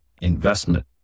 investment